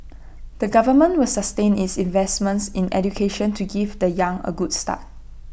the government will sustain its investments in education to give the young A good start